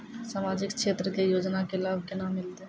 समाजिक क्षेत्र के योजना के लाभ केना मिलतै?